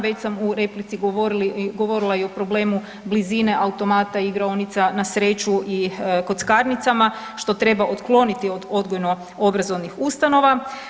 Već sam u replici govorila i o problemu blizine automata igraonica na sreću i kockarnicama što treba otkloniti od odgojnoobrazovnih ustanova.